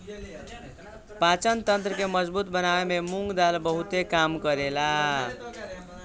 पाचन तंत्र के मजबूत बनावे में मुंग दाल बहुते काम करेला